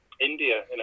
India